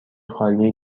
خالی